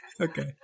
Okay